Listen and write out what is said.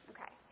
Okay